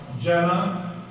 Jenna